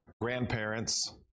Grandparents